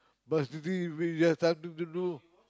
but the thing is we have nothing to do